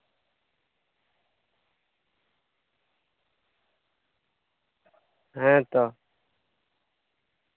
ᱦᱮᱸᱛᱚ